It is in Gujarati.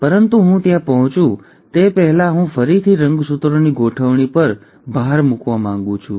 પરંતુ હું ત્યાં પહોંચું તે પહેલાં હું ફરીથી રંગસૂત્રોની ગોઠવણી પર ફરીથી ભાર મૂકવા માંગું છું